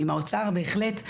עם האוצר בהחלט,